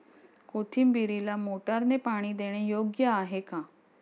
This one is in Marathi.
कोथिंबीरीला मोटारने पाणी देणे योग्य आहे का?